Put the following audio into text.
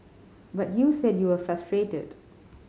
but you said you were frustrated